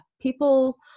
people